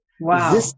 Wow